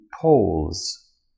poles